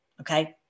okay